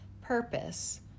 purpose